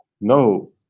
No